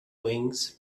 wings